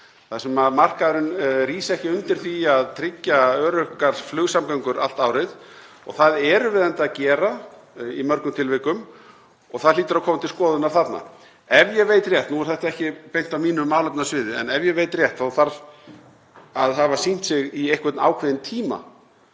þar sem markaðurinn rís ekki undir því að tryggja öruggar flugsamgöngur allt árið. Það erum við enda að gera í mörgum tilvikum og það hlýtur að koma til skoðunar þarna. Nú er þetta ekki beint á mínu málefnasviði en ef ég veit rétt þá þarf það að hafa sýnt sig í einhvern ákveðinn tíma,